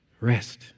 rest